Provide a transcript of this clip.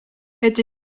het